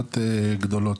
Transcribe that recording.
בכמויות גדולות.